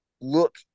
look